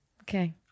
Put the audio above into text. Okay